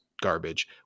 garbage